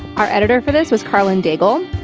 our editor for this was karlyn daigle.